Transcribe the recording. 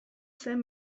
zen